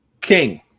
King